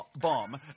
bomb